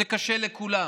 זה קשה לכולם.